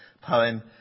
poem